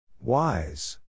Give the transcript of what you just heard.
Wise